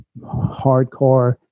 hardcore